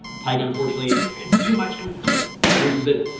pike, unfortunately, it's too much and loses it.